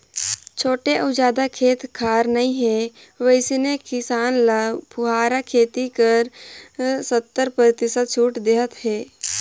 छोटे अउ जादा खेत खार नइ हे वइसने किसान ल फुहारा खेती बर सत्तर परतिसत छूट देहत हे